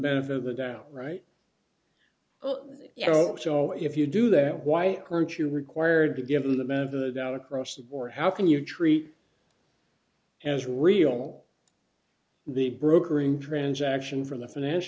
benefit of the doubt right so if you do that why aren't you required to give them the benefit of the doubt across the board how can you treat as real the brokering transaction from the fin